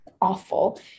awful